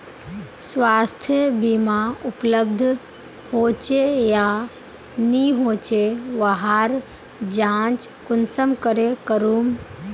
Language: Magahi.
स्वास्थ्य बीमा उपलब्ध होचे या नी होचे वहार जाँच कुंसम करे करूम?